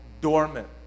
dormant